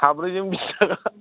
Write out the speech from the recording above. साब्रैजों बिस थाखा